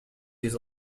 his